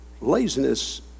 laziness